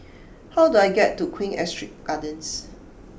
how do I get to Queen Astrid Gardens